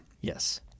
Yes